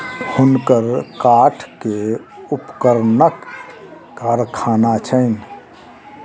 हुनकर काठ के उपकरणक कारखाना छैन